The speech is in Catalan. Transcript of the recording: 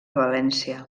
valència